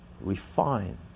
refined